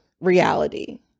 reality